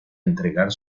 entregar